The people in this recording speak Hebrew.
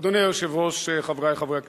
אדוני היושב-ראש, חברי חברי הכנסת,